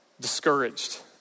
discouraged